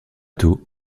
tôt